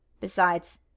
Besides